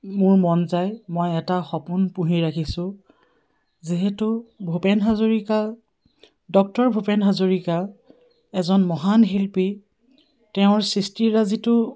মোৰ মন যায় মই এটা সপোন পুহি ৰাখিছোঁ যিহেতু ভূপেন হাজৰিকা ডক্টৰ ভূপেন হাজৰিকা এজন মহান শিল্পী তেওঁৰ সৃষ্টিৰাজিতো